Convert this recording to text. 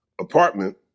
apartment